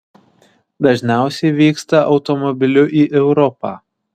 dažniausiai vyksta automobiliu į europą